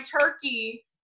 turkey